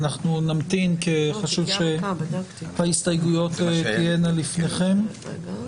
אני רוצה להבהיר: אני מושך את ההסתייגות הזאת לאחר שיג ושיח עם